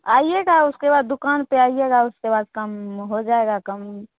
आइएगा उसके बाद दुकान पर आइएगा उसके बाद कम हो जाएगा कम